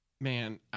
Man